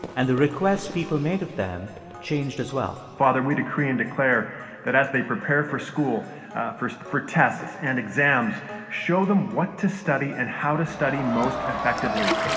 and the requests people made of them changed as well father, we decree and declare that, as they prepare for school for for tests and exams show them what to study and how to study most effectively.